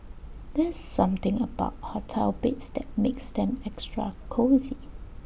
there's something about hotel beds that makes them extra cosy